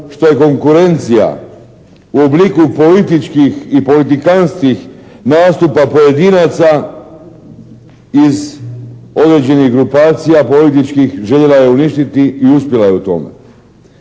što je konkurencija u obliku političkih i politikanskih nastupa pojedinaca iz određenih grupacija političkih željela ju uništiti i uspjela je u tome.